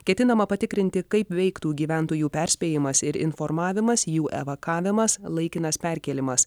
ketinama patikrinti kaip veiktų gyventojų perspėjimas ir informavimas jų evakavimas laikinas perkėlimas